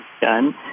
done